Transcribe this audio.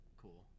cool